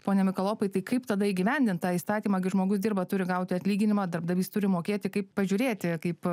pone mikalopai tai kaip tada įgyvendint tą įstatymą kai žmogus dirba turi gauti atlyginimą darbdavys turi mokėti kaip pažiūrėti kaip